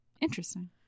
Interesting